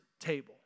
table